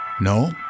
No